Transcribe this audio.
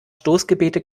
stoßgebete